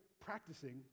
practicing